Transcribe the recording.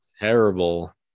Terrible